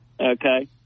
Okay